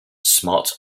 smart